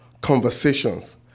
conversations